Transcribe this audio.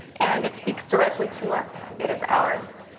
and it speaks directly to us, it is ours.